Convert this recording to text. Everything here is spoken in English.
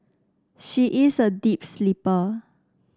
she is a deep sleeper